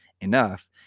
enough